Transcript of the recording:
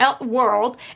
world